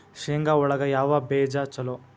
ಶೇಂಗಾ ಒಳಗ ಯಾವ ಬೇಜ ಛಲೋ?